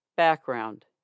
background